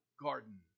garden